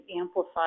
amplify